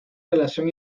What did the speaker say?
relación